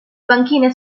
banchine